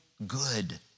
good